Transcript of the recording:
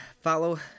follow